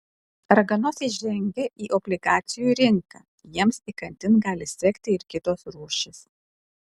raganosiai žengia į obligacijų rinką jiems įkandin gali sekti ir kitos rūšys